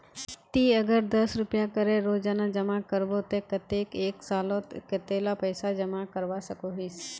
ती अगर दस रुपया करे रोजाना जमा करबो ते कतेक एक सालोत कतेला पैसा जमा करवा सकोहिस?